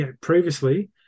previously